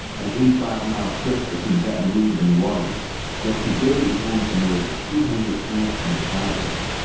an eighty five mile stretch between baton rouge and new orleans that today is home to more than two hundred plants and refineries.